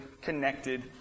connected